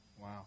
Wow